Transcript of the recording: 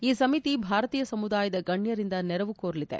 ಈ ಸಮಿತಿ ಭಾರತೀಯ ಸಮುದಾಯದ ಗಣ್ಣರಿಂದ ನೆರವು ಕೋರಲಿದೆ